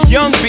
Young